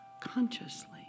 consciously